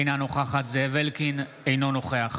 אינה נוכחת זאב אלקין, אינו נוכח